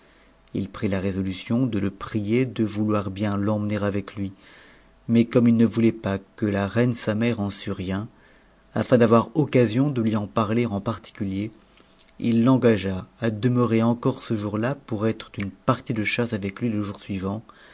il prit la résolution de le prier de vouloir bien l'emmener avec lui mais comme il ne voulait pa que la reine sa mère en sût rien afin d'avoir occasion de lui en parier en particulier il l'engagea u demeurer encore ce jour-là pour être d'une partie de chasse avec lui je jour suivant